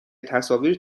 تصاویر